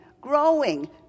growing